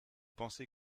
pensez